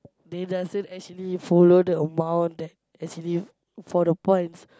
they doesn't actually follow the amount that actually for the points